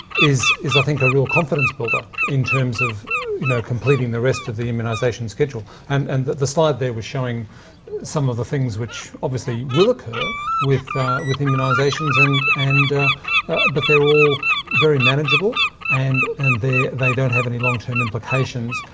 is, i think, a real confidence builder in terms of you know completing the rest of the immunisation schedule. and and the the slide there was showing some of the things which obviously will occur with with immunisations. and and but they're all very manageable and and they they don't have any long-term implications.